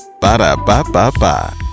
Ba-da-ba-ba-ba